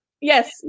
Yes